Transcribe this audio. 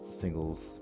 singles